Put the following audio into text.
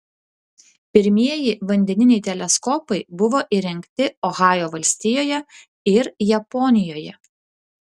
pirmieji vandeniniai teleskopai buvo įrengti ohajo valstijoje ir japonijoje